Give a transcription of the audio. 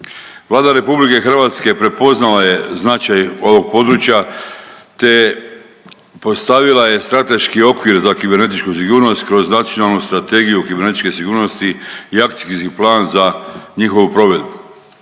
Vlada RH prepoznala je značaj ovog područja te postavila je strateški okvir za kibernetičku sigurnost kroz nacionalnu strategiju kibernetičke sigurnosti i akcijski plan za njihovu provedbu.